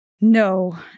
No